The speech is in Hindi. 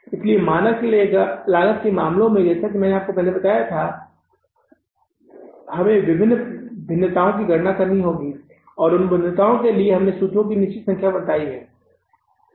इसलिए मानक लागत के मामले में जैसा कि मैंने आपको बताया था कि हमें विभिन्न भिन्नताओं की गणना करनी थी और उन भिन्नताओं के लिए हमें सूत्रों की निर्धारित संख्या बताई गई थी